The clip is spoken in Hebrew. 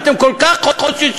אתם כל כך חוששים,